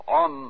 on